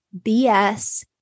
BS